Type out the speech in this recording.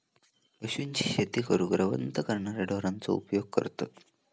पशूंची शेती करूक रवंथ करणाऱ्या ढोरांचो उपयोग करतत